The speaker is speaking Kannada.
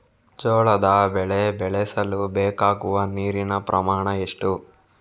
ಜೋಳದ ಬೆಳೆ ಬೆಳೆಸಲು ಬೇಕಾಗುವ ನೀರಿನ ಪ್ರಮಾಣ ಎಷ್ಟು?